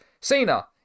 Cena